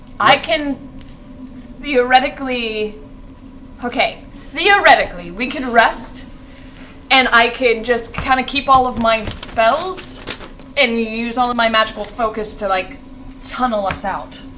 i can theoretically okay, theoretically we could rest and i could kind of keep all of my spells and use all of my magical focus to like tunnel us out,